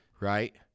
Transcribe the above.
right